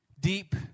Deep